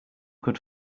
could